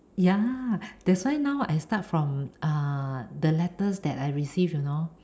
ya that's why now I start from uh the letters that I received you know